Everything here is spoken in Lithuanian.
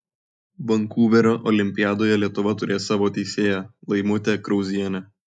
vankuverio olimpiadoje lietuva turės savo teisėją laimutę krauzienę